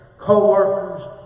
co-workers